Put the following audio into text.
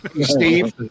Steve